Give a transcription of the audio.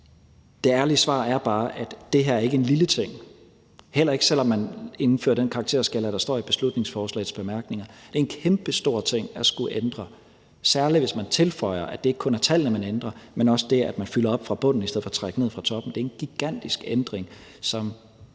Det ærlige svar er bare, at det her ikke er en lille ting. Heller ikke selv om man indfører den karakterskala, der står i beslutningsforslagets bemærkninger. Det er en kæmpe stor ting at skulle ændre, særlig hvis man tilføjer, at det ikke kun er tallene, man ændrer, men også det, at man fylder op fra bunden i stedet for at trække ned fra toppen. Det er en gigantisk ændring, som